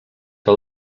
que